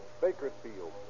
Bakersfield